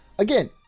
Again